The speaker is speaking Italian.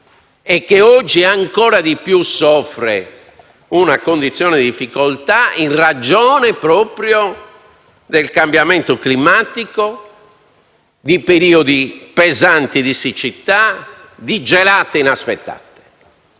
e che oggi ancora di più soffre una condizione di difficoltà proprio in ragione del cambiamento climatico, di periodi pesanti di siccità, di gelate inaspettate